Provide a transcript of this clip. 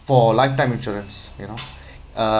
for lifetime insurance you know uh